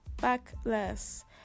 Backless